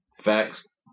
Facts